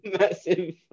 Massive